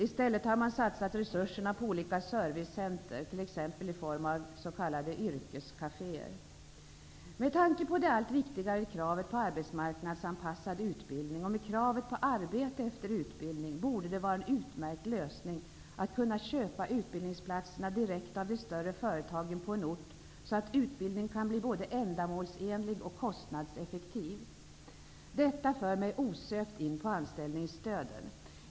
I stället har man satsat resurserna på olika servicecentrer, t.ex. Med tanke på det allt viktigare kravet på arbetsmarknadsanpassad utbildning, och med kravet på arbete efter utbildning, borde det vara en utmärkt lösning att kunna köpa utbildningsplatserna direkt av de större företagen på en ort, så att utbildningen kan bli både ändamålsenlig och kostnadseffektiv. Detta för mig osökt in på anställningsstöden.